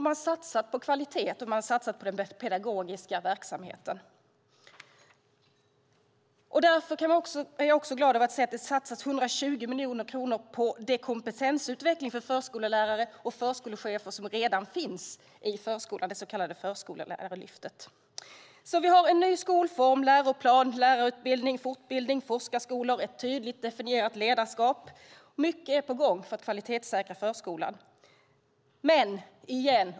Man satsar på kvalitet och på den pedagogiska verksamheten. Jag är därför glad över att se att det satsas 120 miljoner kronor på den kompetensutveckling för förskollärare och förskolechefer som redan finns i förskolan, det så kallade Förskollärarlyftet. Vi har en ny skolform, läroplan, lärarutbildning, fortbildning, forskarskolor och ett tydligt definierat ledarskap. Mycket är på gång för att kvalitetssäkra förskolan.